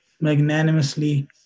magnanimously